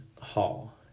Hall